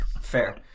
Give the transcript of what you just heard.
Fair